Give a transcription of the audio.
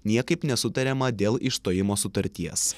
niekaip nesutariama dėl išstojimo sutarties